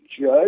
judge